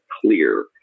clear